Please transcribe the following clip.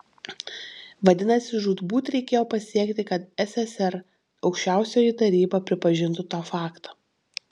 vadinasi žūtbūt reikėjo pasiekti kad sssr aukščiausioji taryba pripažintų tą faktą